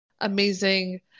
amazing